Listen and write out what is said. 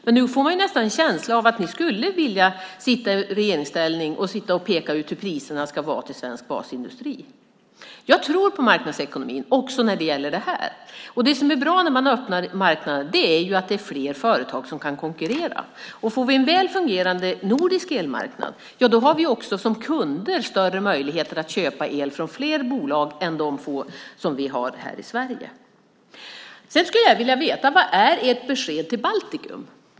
Men nu får man nästan känslan av att ni skulle vilja sitta i regeringsställning och peka ut hur priserna ska vara till svensk basindustri. Jag tror på marknadsekonomin, också när det gäller det här. Det som är bra när man öppnar marknaden är att det är fler företag som kan konkurrera. Och får vi en väl fungerande nordisk elmarknad har vi också som kunder större möjligheter att köpa el från fler bolag än de få som vi har här i Sverige. Sedan skulle jag vilja veta vad som är ert besked till Baltikum.